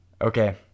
okay